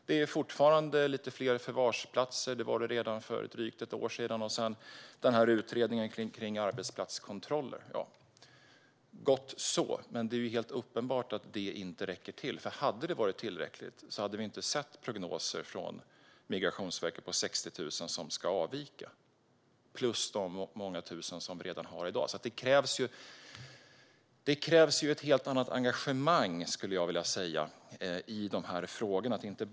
Det är fortfarande lite fler förvarsplatser - det var det redan för drygt ett år sedan. Sedan är det utredningen om arbetsplatskontroller. Det är gott så, men det är helt uppenbart att det inte räcker till. Hade det varit tillräckligt hade vi inte sett prognoser från Migrationsverket om 60 000 som ska avvika plus de många tusen som vi redan har i dag. Det krävs ett helt annat engagemang, skulle jag vilja säga, i dessa frågor.